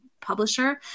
publisher